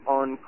on